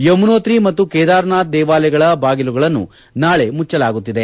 ಯಮುನೋತ್ರಿ ಮತ್ತು ಕೇದಾರ್ ನಾಥ್ ದೇವಾಲಯಗಳ ಬಾಗಿಲುಗಳನ್ನು ನಾಳೆ ಮುಚ್ಚಲಾಗುತ್ತಿದೆ